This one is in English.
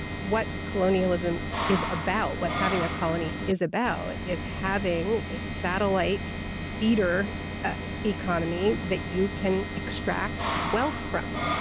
what colonialism is about. what having a colony is about is having a satellite feeder economy that you can extract well from.